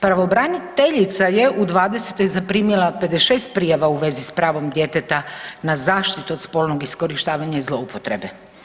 Pravobraniteljica je u '20.-toj zaprimila 56 prijava u vezi s pravom djeteta na zaštitu od spolnog iskorištavanja i zloupotrebe.